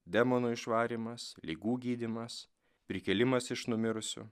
demonų išvarymas ligų gydymas prikėlimas iš numirusių